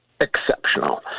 exceptional